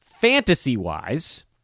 Fantasy-wise